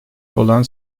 olan